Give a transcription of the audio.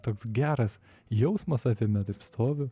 toks geras jausmas apėmė taip stoviu